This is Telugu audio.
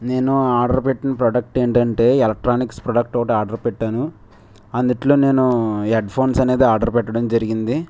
నేను ఆర్డర్ పెట్టిన ప్రోడక్ట్ ఏంటంటే ఎలక్ట్రానిక్స్ ప్రోడక్ట్ ఒకటి ఆర్డర్ పెట్టాను అందులో నేను హెడ్ఫోన్స్ అనేది ఆర్డర్ పెట్టడం జరిగింది